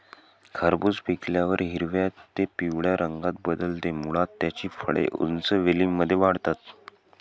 खरबूज पिकल्यावर हिरव्या ते पिवळ्या रंगात बदलते, मुळात त्याची फळे उंच वेलींमध्ये वाढतात